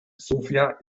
sofia